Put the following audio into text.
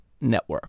Network